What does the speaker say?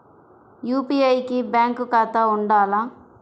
UPI కి bank ఖాతా ఉండాల?